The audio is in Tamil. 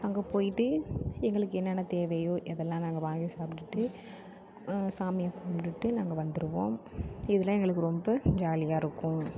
அங்கே போய்விட்டு எங்களுக்கு என்னென்ன தேவையோ எதெல்லாம் நாங்கள் வாங்கி சாப்பிட்டுட்டு சாமியை கும்டுபிட்டு நாங்கள் வந்துவிடுவோம் இதெலாம் எங்களுக்கு ரொம்ப ஜாலியாக இருக்கும்